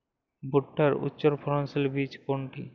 ভূট্টার উচ্চফলনশীল বীজ কোনটি?